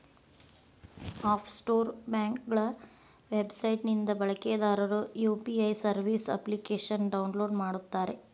app Store ಬ್ಯಾಂಕ್ಗಳ website ನಿಂದ ಬಳಕೆದಾರರು ಯು.ಪಿ.ಐ ಸರ್ವಿಸ್ ಅಪ್ಲಿಕೇಶನ್ನ ಡೌನ್ಲೋಡ್ ಮಾಡುತ್ತಾರೆ